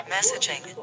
Messaging